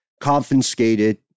confiscated